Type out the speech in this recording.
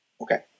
Okay